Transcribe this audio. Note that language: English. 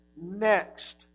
next